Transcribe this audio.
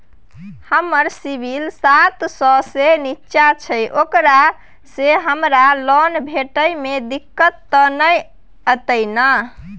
हमर सिबिल सात सौ से निचा छै ओकरा से हमरा लोन भेटय में दिक्कत त नय अयतै ने?